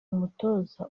umutoza